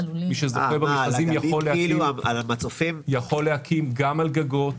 מי שזוכה במכרזים יכול להקים גם על גגות,